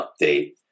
update